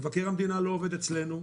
מבקר המדינה לא עובד אצלנו,